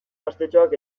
gaztetxoak